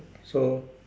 so